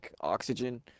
oxygen